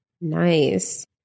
Nice